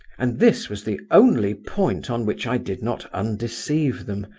and this was the only point on which i did not undeceive them,